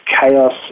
chaos